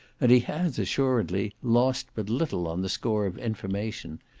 and he has, assuredly, lost but little on the score of information,